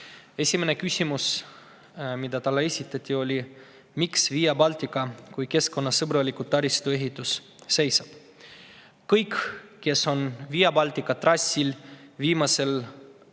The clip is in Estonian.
Esimene küsimus, mis talle esitati, on: "Miks Via Baltica, kui keskkonnasõbraliku taristu ehitus seisab?" Kõik, kes on Via Baltica trassil viimasel